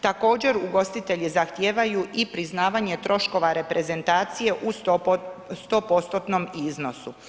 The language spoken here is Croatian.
Također ugostitelji zahtijevaju i priznavanje troškova reprezentacije u 100%-tnom iznosu.